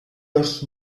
los